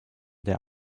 der